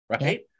right